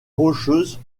rocheuse